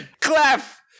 Clef